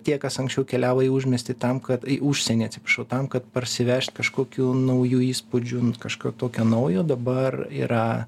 tie kas anksčiau keliavo į užmiestį tam kad į užsienį atsiprašau tam kad parsivežt kažkokių naujų įspūdžių nu kažką tokio naujo dabar yra